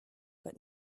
but